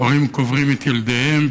הורים קוברים את ילדיהם.